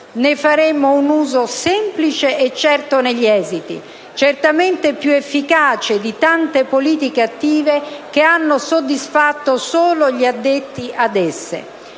Ne faremmo un uso semplice e certo negli esiti, certamente più efficace di tante politiche attive che hanno soddisfatto solo gli addetti ad esse.